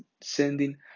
sending